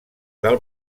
del